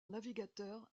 navigateur